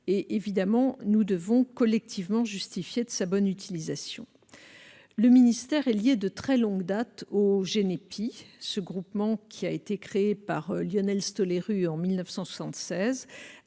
novembre 2009 ; nous devons collectivement justifier de leur bonne utilisation. Le ministère est lié de très longue date au GENEPI. Ce groupement, créé par Lionel Stoléru en 1976,